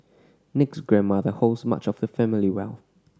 Nick's grandmother holds much of the family wealth